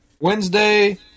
Wednesday